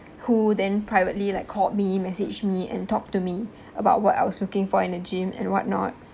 who then privately like called me messaged me and talk to me about what I was looking for in a gym and what not